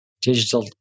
digital